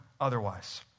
otherwise